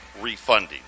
refunding